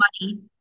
money